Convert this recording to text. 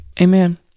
Amen